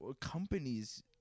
Companies